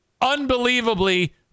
unbelievably